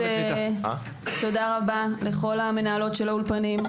תודה רבה לכל המנהלות של האולפנים,